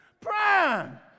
Prime